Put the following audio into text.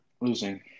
losing